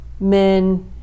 men